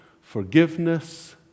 forgiveness